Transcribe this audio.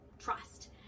trust